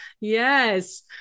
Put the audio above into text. Yes